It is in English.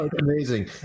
amazing